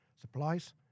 supplies